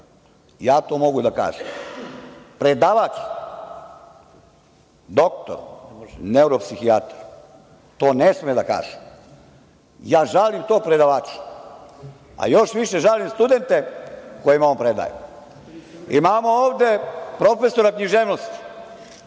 Ja to mogu da kažem. Predavač, doktor, neuropsihijatar to ne sme da kaže. Ja žalim tog predavača, a još više žalim studente kojima on predaje. Imamo ovde profesora književnosti